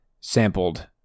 sampled